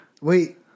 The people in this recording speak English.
Wait